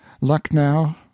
Lucknow